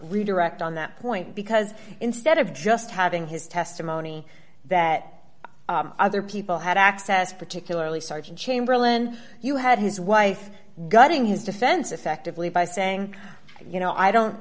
redirect on that point because instead of just having his testimony that other people had access particularly sergeant chamberlain you had his wife gutting his defense effectively by saying you know i don't